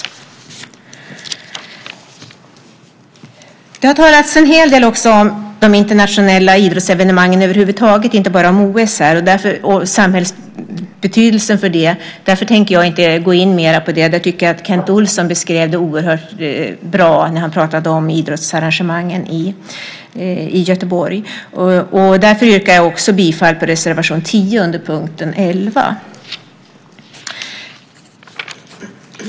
Det har över huvud taget talats en hel del om samhällsbetydelsen av internationella idrottsevenemang - inte bara OS. Därför tänker jag inte gå in mer på den frågan. Kent Olsson beskrev detta oerhört bra när han pratade om idrottsarrangemangen i Göteborg. Därför yrkar jag också bifall till reservation 10 under punkt 11.